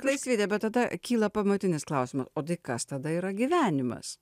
laisvyde bet tada kyla pamatinis klausimas o kas tada yra gyvenimas